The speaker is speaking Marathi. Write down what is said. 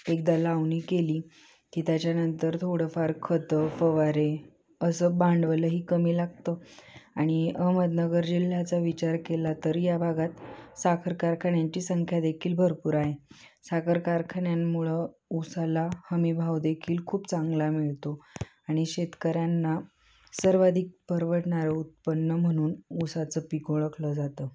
एकदा लावणी केली की त्याच्यानंतर थोडंफार खतं फवारे असं भांडवलही कमी लागतं आणि अहमदनगर जिल्ह्याचा विचार केला तरी या भागात साखर कारखान्यांची संख्या देखील भरपूर आहे साखर कारखान्यांमुळं ऊसाला हमीभाव देखील खूप चांगला मिळतो आणि शेतकऱ्यांना सर्वाधिक परवडणारं उत्पन्न म्हणून ऊसाचं पीक ओळखलं जातं